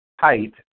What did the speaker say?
height